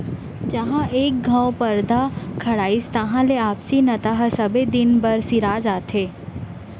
जहॉं एक घँव परदा खड़ाइस तहां ले आपसी नता ह सबे दिन बर सिरा जाथे